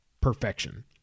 Perfection